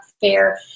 fair